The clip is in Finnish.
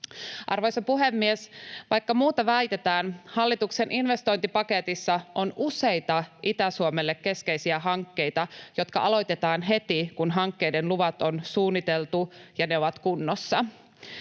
Arvoisa puhemies! Vaikka muuta väitetään, hallituksen investointipaketissa on useita Itä-Suomelle keskeisiä hankkeita, jotka aloitetaan heti, kun hankkeiden luvat on suunniteltu ja ne ovat kunnossa.